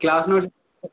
class notes